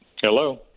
Hello